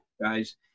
guys